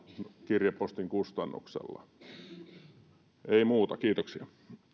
kirjepostin kustannuksella ei muuta kiitoksia